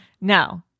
No